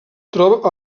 troba